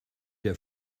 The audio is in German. der